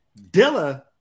dilla